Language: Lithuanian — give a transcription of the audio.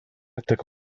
tik